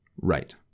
right